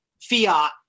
fiat